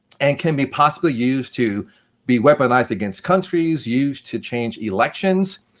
and can be possibly used to be weaponised against countries used to change elections.